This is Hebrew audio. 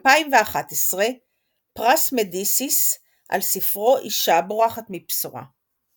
2011 פרס מדיסיס על ספרו "אשה בורחת מבשורה".